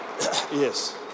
yes